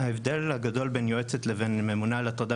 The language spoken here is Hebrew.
ההבדל הגדול בין יועצת לבין ממונה על הטרדה